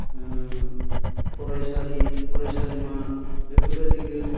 फरायसालि फरायसालिमा बेफोरबायदि